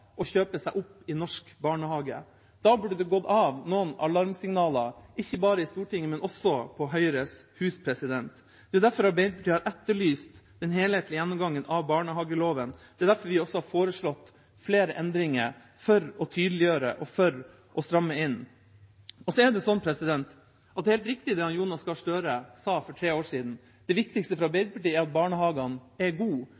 kjøpe seg opp i norsk barnehagesektor. Da burde det gått noen alarmsignaler, ikke bare i Stortinget, men også i Høyres Hus. Det er derfor Arbeiderpartiet har etterlyst den helhetlige gjennomgangen av barnehageloven. Det er derfor vi også har foreslått flere endringer for å tydeliggjøre og for å stramme inn. Det er helt riktig, det representanten Jonas Gahr Støre sa for tre år siden, at det viktigste for